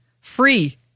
Free